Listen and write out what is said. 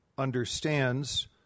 Understands